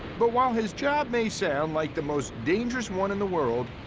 but while his job may sound like the most dangerous one in the world,